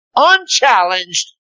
Unchallenged